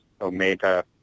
Omega